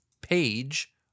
page